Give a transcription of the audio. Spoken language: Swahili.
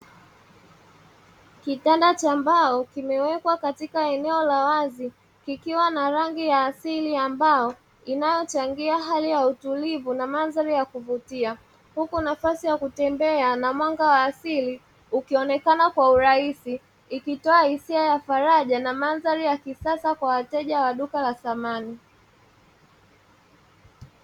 Kitanda cha mbao kimewekwa katika eneo la wazi kikiwa na rangi ya asili ya mbao inayochangia hali ya utulivu na mandhari ya kuvutia, huku nafasi ya kutembea na mwanga wa asili ukionekana kwa urahisi ukitoa hisia ya faraja na mandhari ya kisasa kwa wateja wa duka la samani.